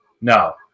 no